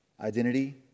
Identity